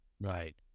Right